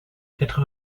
quatre